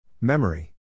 Memory